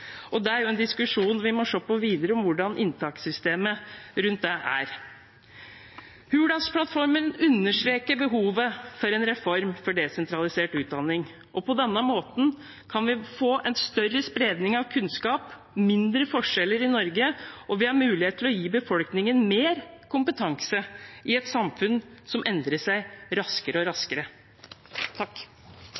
Det er en diskusjon vi må se på videre, hvordan inntakssystemet rundt det er. Hurdalsplattformen understreker behovet for en reform for desentralisert utdanning. På denne måten kan vi få en større spredning av kunnskap og mindre forskjeller i Norge, og vi har mulighet til å gi befolkningen mer kompetanse i et samfunn som endrer seg raskere og